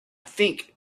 think